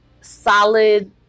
solid